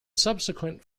subsequent